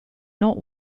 not